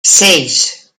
seis